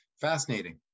fascinating